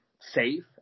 safe